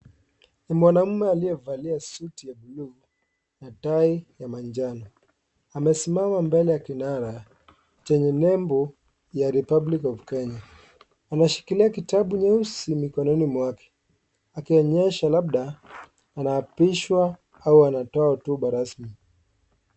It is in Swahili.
Ni mwanaume aliyevalia suti ya blue na tie ya manjano. Anaonekana akiwa amesimama nje ya kinara chenye nembo ya republic of Kenya Ameshikilia kitabu nyeusi mikononi mwake , akionyesha labda anaapishwa ama anatoa hotuba rasmi.